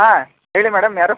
ಹಾಂ ಹೇಳಿ ಮೇಡಮ್ ಯಾರು